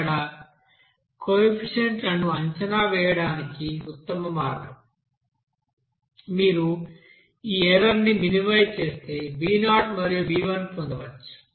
ఇక్కడ కోఎఫిషియెంట్స్ లను అంచనా వేయడానికి ఉత్తమ మార్గం మీరు ఈ ఎర్రర్ ని మినిమైజ్ చేస్తే b0 మరియు b1 పొందవచ్చు